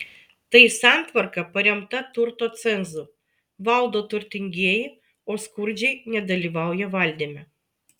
tai santvarka paremta turto cenzu valdo turtingieji o skurdžiai nedalyvauja valdyme